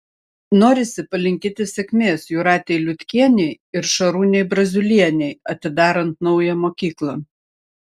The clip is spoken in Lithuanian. norisi palinkėti sėkmės jūratei liutkienei ir šarūnei braziulienei atidarant naują mokyklą